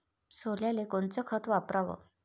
सोल्याले कोनचं खत वापराव?